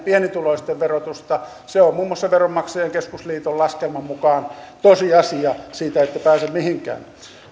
pienituloisten verotusta se on muun muassa veronmaksajain keskusliiton laskelman mukaan tosiasia siitä ette pääse mihinkään